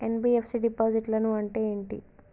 NBFC డిపాజిట్లను అంటే ఏంటి?